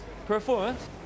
Performance